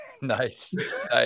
nice